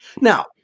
Now